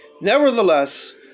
Nevertheless